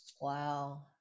Wow